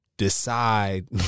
decide